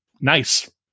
nice